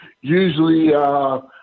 usually –